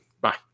Bye